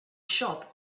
shop